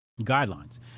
Guidelines